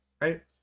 right